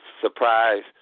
surprise